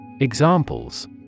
Examples